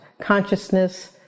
consciousness